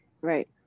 right